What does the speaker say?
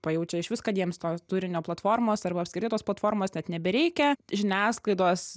pajaučia išvis kad jiems to turinio platformos arba apskritai tos platformos net nebereikia žiniasklaidos